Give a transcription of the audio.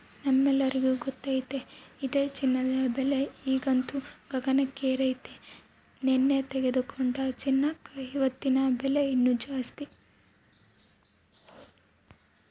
ನಮ್ಮೆಲ್ಲರಿಗೂ ಗೊತ್ತತೆ ಇದೆ ಚಿನ್ನದ ಬೆಲೆ ಈಗಂತೂ ಗಗನಕ್ಕೇರೆತೆ, ನೆನ್ನೆ ತೆಗೆದುಕೊಂಡ ಚಿನ್ನಕ ಇವತ್ತಿನ ಬೆಲೆ ಇನ್ನು ಜಾಸ್ತಿ